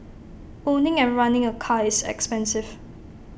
owning and running A car is expensive